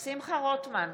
שמחה רוטמן,